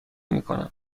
میکنم